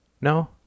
No